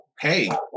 hey